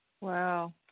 Wow